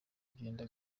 byenda